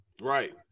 Right